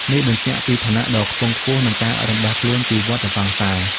នេះបញ្ជាក់ពី ឋានៈដ៏ខ្ពង់ខ្ពស់ និងការរំដោះខ្លួន ពីវដ្តសង្សារ។